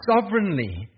sovereignly